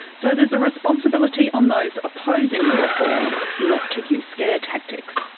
so there's a responsibility on those opposing the reform not to use scare tactics.